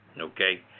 okay